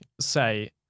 say